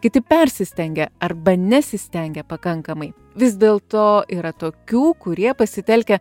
kiti persistengia arba nesistengia pakankamai vis dėl to yra tokių kurie pasitelkę